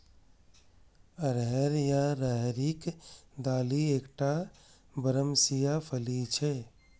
अरहर या राहरिक दालि एकटा बरमसिया फली छियै